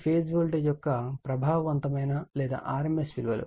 Vp phase voltage యొక్క ప్రభావవంతమైన లేదా rms విలువ